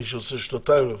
מי שעושה שנתיים.